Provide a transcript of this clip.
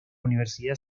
universidad